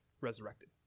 resurrected